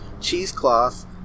cheesecloth